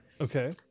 Okay